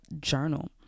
journal